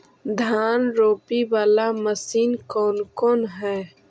धान रोपी बाला मशिन कौन कौन है?